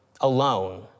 alone